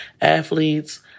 athletes